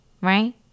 right